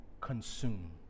consume